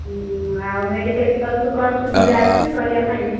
ଆଉ ମେଡ଼ିକାଲ୍ ତରଫରୁ କ'ଣ ସୁବିଧା ଅଛି କରିବା ପାଇଁ